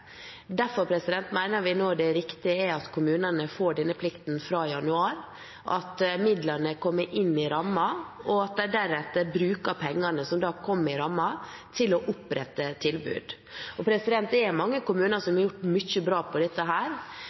Derfor mener vi det riktige nå er at kommunene får denne plikten fra januar, at midlene kommer inn i rammen, og at de deretter bruker pengene som kommer i rammen, til å opprette tilbud. Det er mange kommuner som har gjort mye bra på dette.